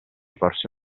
porse